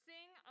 Sing